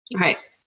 right